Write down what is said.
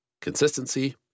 consistency